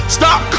stop